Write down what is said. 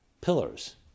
pillars